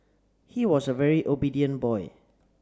he was a very obedient boy